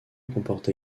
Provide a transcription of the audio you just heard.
comporte